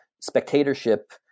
spectatorship